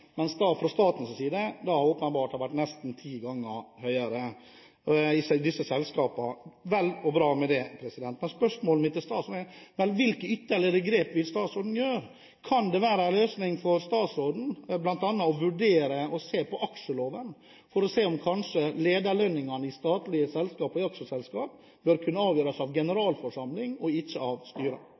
staten åpenbart har vært nesten ti ganger høyere i disse selskapene. Vel og bra, men spørsmålet mitt er: Hvilke ytterligere grep vil statsråden gjøre? Kan det være en løsning for statsråden bl.a. å vurdere å se på aksjeloven for å se om kanskje lederlønningene i statlige selskap og aksjeselskap bør kunne avgjøres av generalforsamlingen og ikke av styrene? Jeg tror det aller viktigste er å velge styrer